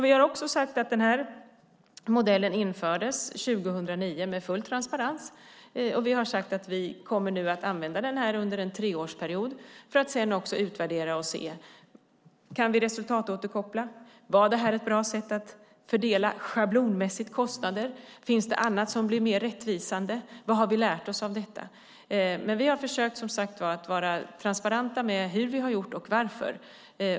Vi har sagt att modellen infördes 2009 med full transparens, och vi har vidare sagt att vi kommer att använda den under en treårsperiod för att sedan utvärdera och se om vi kan resultatåterkoppla, om det var ett bra sätt att fördela kostnader schablonmässigt, om det finns annat som blir mer rättvisande och vad vi lärt oss av detta. Vi har som sagt försökt att vara transparenta med hur vi har gjort och varför.